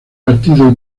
partido